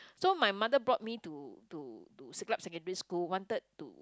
so my mother brought me to to to siglap secondary school wanted to